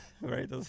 right